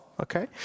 Okay